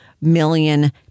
million